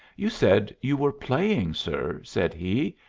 you said you were playing, sir, said he,